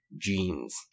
jeans